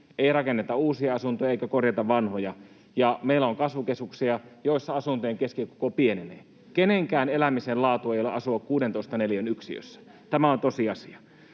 ei rakenneta uusia asuntoja eikä korjata vanhoja, ja meillä on kasvukeskuksia, joissa asuntojen keskikoko pienenee. Kenenkään elämisen laatu ei ole asua 16 neliön yksiössä. [Maria